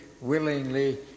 willingly